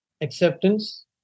acceptance